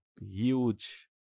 huge